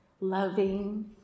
loving